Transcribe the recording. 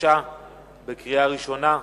התש"ע 2010, לקריאה ראשונה.